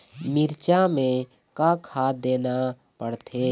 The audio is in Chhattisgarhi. मिरचा मे का खाद देना पड़थे?